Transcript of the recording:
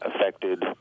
affected